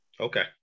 Okay